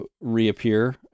reappear